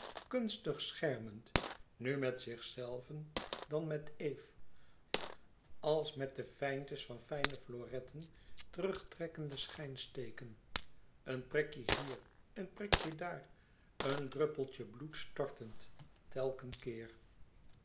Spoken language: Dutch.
kunstig schermend nu met zichzelven dan met eve als met de feintes van fijne floretten terugtrekkende schijnsteken een prikje hier een prikje daar een druppeltje bloed stortend telken keer